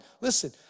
listen